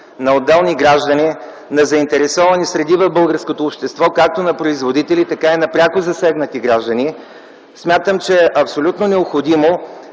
на отделни граждани, на заинтересовани среди в българското общество както на производители, така и на пряко засегнати граждани. Смятам, че е абсолютно необходимо